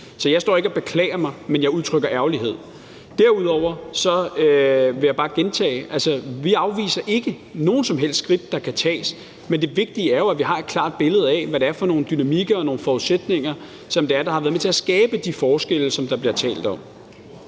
Så jeg står ikke og beklager mig. Men jeg udtrykker ærgrelse. Derudover vil jeg bare gentage, at vi ikke afviser nogen som helst skridt, der kan tages, men det vigtige er jo, at vi har et klart billede af, hvad det er for nogle dynamikker og forudsætninger, som har været med til at skabe de forskelle, som der bliver talt om.